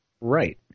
Right